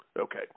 Okay